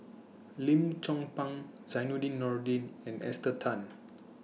Lim Chong Pang Zainudin Nordin and Esther Tan